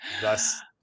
thus